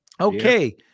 Okay